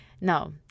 no